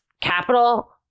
capital